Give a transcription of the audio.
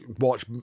watch